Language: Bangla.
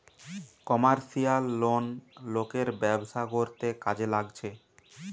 কমার্শিয়াল লোন লোকের ব্যবসা করতে কাজে লাগছে